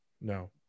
No